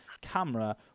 camera